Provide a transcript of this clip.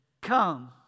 Come